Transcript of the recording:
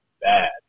bad